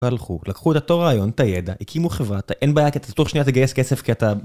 והלכו, לקחו את אותו רעיון, את הידע, הקימו חברה, אין בעיה כי אתה תוך שניה תגייס כסף כי אתה...